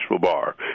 bar